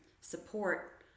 support